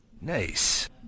Nice